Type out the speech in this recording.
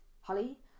Holly